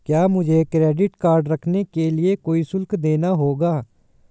क्या मुझे credit card रखने के लिए कोई शुल्क देना होगा?